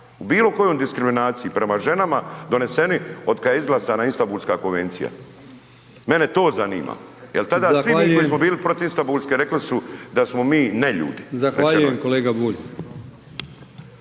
u bilo kojoj diskriminaciji prema ženama doneseni otkad je izglasana Istambulska konvencija? Mene to zanima jel tada …/Upadica: Zahvaljujem/…svi mi koji smo bili protiv Istambulske rekli su da smo mi neljudi